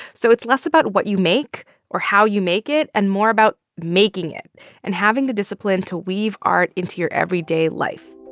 so it's less about what you make or how you make it and more about making it and having the discipline to weave art into your everyday life